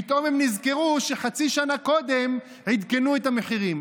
פתאום הם נזכרו שחצי שנה קודם עדכנו את המחירים.